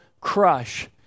crush